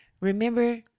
remember